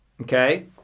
Okay